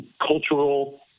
cultural